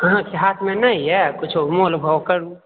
अहाँकेँ हाथमे नहि यऽ किछु मोल भाव करू